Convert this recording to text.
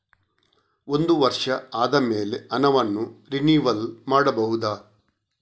ಒಂದು ವರ್ಷ ಆದಮೇಲೆ ಹಣವನ್ನು ರಿನಿವಲ್ ಮಾಡಬಹುದ?